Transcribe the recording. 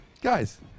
guys